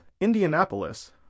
Indianapolis